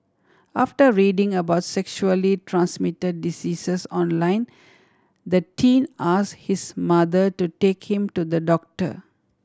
after reading about sexually transmitted diseases online the teen asked his mother to take him to the doctor